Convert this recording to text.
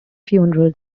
funeral